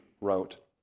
wrote